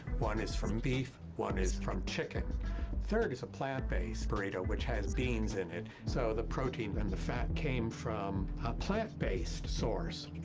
one is from beef, one is from chicken. the third is a plant-based burrito which has beans in it, so the protein but and the fat came from a plant based source.